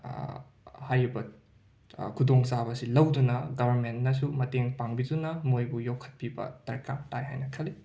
ꯍꯥꯏꯔꯤꯕ ꯈꯨꯗꯣꯡꯆꯥꯕꯁꯤ ꯂꯧꯗꯨꯅ ꯒꯋꯔꯃꯦꯟꯅꯁꯨ ꯃꯇꯦꯡ ꯄꯥꯡꯕꯤꯗꯨꯅ ꯃꯣꯏꯕꯨ ꯌꯣꯛꯈꯠꯄꯤꯕ ꯗꯔꯀꯥꯔ ꯇꯥꯏ ꯍꯥꯏꯅ ꯈꯜꯂꯤ